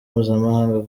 mpuzamahanga